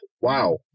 wow